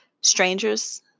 strangers